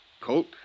Colt